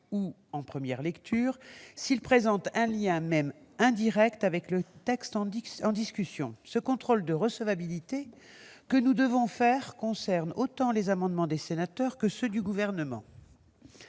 ou, en première lecture, ceux qui présentent un lien, même indirect, avec le texte en discussion. Ce contrôle de recevabilité qui nous incombe concerne autant les amendements des sénateurs que ceux du Gouvernement.